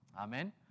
Amen